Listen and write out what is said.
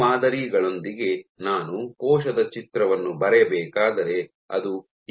ಈ ಮಾದರಿಗಳೊಂದಿಗೆ ನಾನು ಕೋಶದ ಚಿತ್ರವನ್ನು ಬರೆಯಬೇಕಾದರೆ ಅದು ಹೀಗಿರುತ್ತದೆ